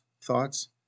thoughts